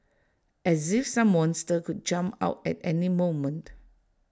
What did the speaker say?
as if some monster could jump out at any moment